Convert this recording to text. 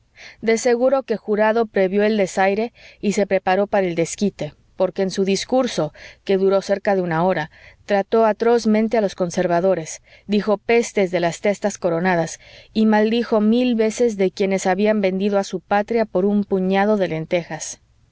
de seguro que jurado previó el desaire y se preparó para el desquite porque en su discurso que duró cerca de una hora trató atrozmente a los conservadores dijo pestes de las testas coronadas y maldijo mil veces de quienes habían vendido a su patria por un puñado de lentejas